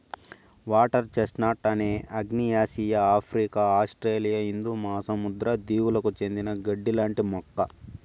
water chestnut అనేది ఆగ్నేయాసియా, Africa, Australia హిందూ మహాసముద్ర దీవులకు చెందిన గడ్డి లాంటి మొక్క